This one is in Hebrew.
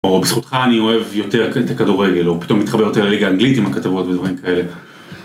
או בזכותך אני אוהב יותר את הכדורגל, או פתאום מתחברת לליגה האנגלית עם הכתבות ודברים כאלה.